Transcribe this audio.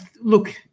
Look